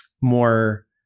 more